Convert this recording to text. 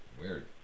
Weird